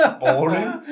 boring